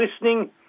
listening